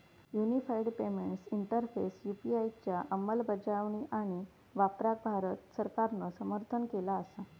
unified payments interface UPI च्या अंमलबजावणी आणि वापराक भारत सरकारान समर्थन केला असा